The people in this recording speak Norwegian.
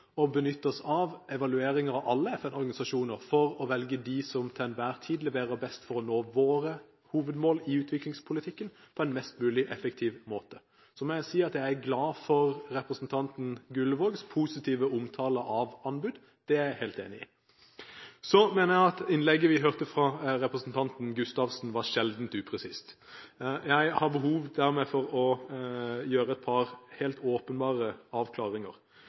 benytte oss av evalueringer av alle FN-organisasjoner for å velge de som til enhver tid leverer best, for å nå våre hovedmål i utviklingspolitikken på en mest mulig effektiv måte. Jeg må si at jeg er glad for representanten Gullvågs positive omtale av anbud – det er jeg helt enig i. Jeg mener at innlegget vi hørte fra representanten Gustavsen, var sjeldent upresist. Jeg har dermed behov for å gjøre et par helt åpenbare avklaringer.